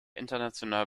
international